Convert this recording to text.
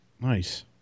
Nice